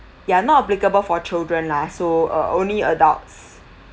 ya not applicable for children lah so uh only adults